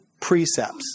precepts